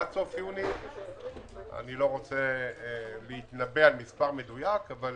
אני לא רוצה להתנבא על מספר מדויק, אבל